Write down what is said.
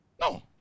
No